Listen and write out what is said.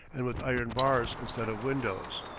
and with iron bars instead of windows.